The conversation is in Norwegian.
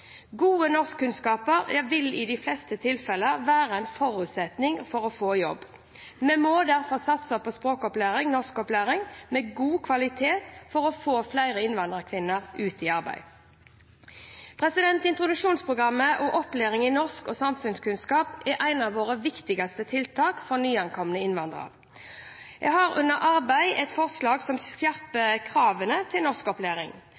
Gode norskkunnskaper vil i de fleste tilfeller være en forutsetning for å få jobb. Vi må derfor satse på norskopplæring med god kvalitet for å få flere innvandrerkvinner ut i arbeid. Introduksjonsprogrammet og opplæring i norsk og samfunnskunnskap er et av våre viktigste tiltak for nyankomne innvandrere. Jeg har under arbeid forslag som skjerper kravene til norskopplæring,